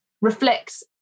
reflects